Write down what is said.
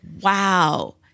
Wow